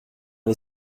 les